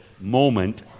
moment